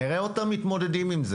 נראה אותם מתמודדים עם זה.